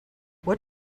what